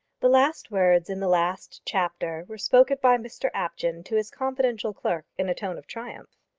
the last words in the last chapter were spoken by mr apjohn to his confidential clerk in a tone of triumph.